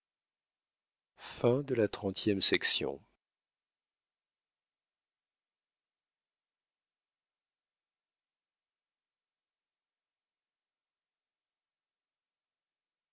de la lune si